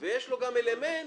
ויש לו גם אלמנט